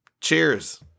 Cheers